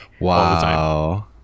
Wow